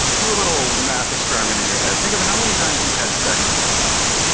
do a little maths experiment in your head think of how many times you've had sex in your life.